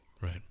Right